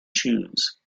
shoes